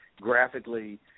graphically